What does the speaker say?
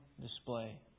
display